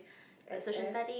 S S